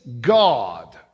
God